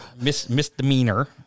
Misdemeanor